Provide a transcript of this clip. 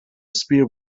spear